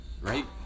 right